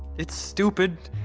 it's stupid.